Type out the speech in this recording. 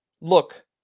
look